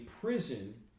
prison